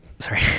sorry